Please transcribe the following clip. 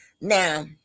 Now